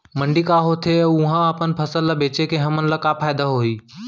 मंडी का होथे अऊ उहा अपन फसल ला बेचे ले हमन ला का फायदा होही?